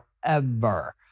forever